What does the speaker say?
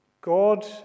God